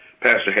Pastor